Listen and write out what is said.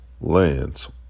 lands